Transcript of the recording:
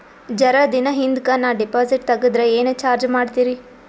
ಜರ ದಿನ ಹಿಂದಕ ನಾ ಡಿಪಾಜಿಟ್ ತಗದ್ರ ಏನ ಚಾರ್ಜ ಮಾಡ್ತೀರಿ?